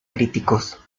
críticos